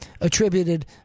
attributed